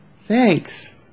Thanks